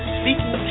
speaking